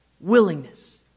willingness